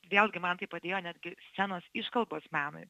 vėlgi man tai padėjo netgi scenos iškalbos menui